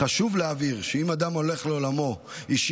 חשוב להבהיר שאם אדם הולך לעולמו והשאיר